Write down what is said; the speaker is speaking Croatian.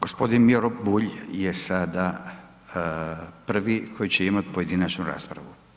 Gospodin Miro Bulj je sada prvi koji će imati pojedinačnu raspravu.